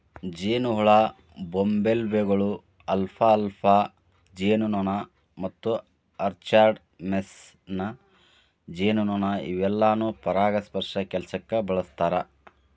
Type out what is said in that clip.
ಜೇನಹುಳ, ಬಂಬಲ್ಬೇಗಳು, ಅಲ್ಫಾಲ್ಫಾ ಜೇನುನೊಣ ಮತ್ತು ಆರ್ಚರ್ಡ್ ಮೇಸನ್ ಜೇನುನೊಣ ಇವೆಲ್ಲಾನು ಪರಾಗಸ್ಪರ್ಶ ಕೆಲ್ಸಕ್ಕ ಬಳಸ್ತಾರ